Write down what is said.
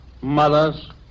mothers